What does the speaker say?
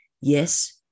Yes